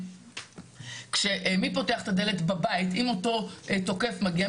אם אותו תוקף מגיע,